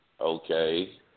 okay